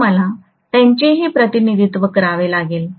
तर मला त्यांचेही प्रतिनिधित्व करावे लागेल